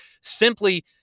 simply